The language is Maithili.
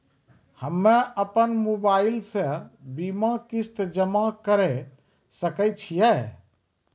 हम्मे अपन मोबाइल से बीमा किस्त जमा करें सकय छियै?